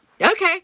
Okay